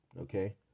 okay